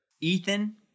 Ethan